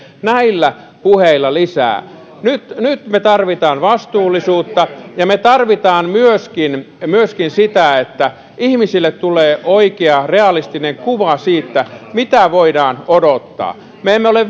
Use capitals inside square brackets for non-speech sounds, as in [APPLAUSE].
näillä puheilla lisää nyt nyt me tarvitsemme vastuullisuutta ja me tarvitsemme myöskin myöskin sitä että ihmisille tulee oikea realistinen kuva siitä mitä voidaan odottaa me emme ole [UNINTELLIGIBLE]